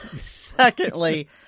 Secondly